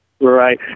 Right